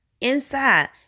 inside